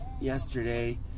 yesterday